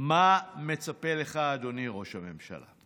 מה מצפה לך, אדוני ראש הממשלה.